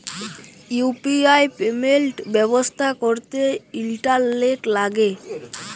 UPI payment ব্যবস্থা ক্যরতে internet ল্যাগে